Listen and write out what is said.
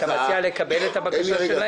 אתה מציע לקבל את הבקשה שלהם?